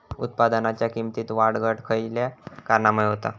उत्पादनाच्या किमतीत वाढ घट खयल्या कारणामुळे होता?